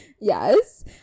yes